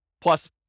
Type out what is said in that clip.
plus